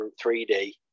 3D